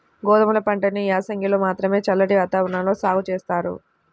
గోధుమ పంటని యాసంగిలో మాత్రమే చల్లటి వాతావరణంలో సాగు జేత్తారు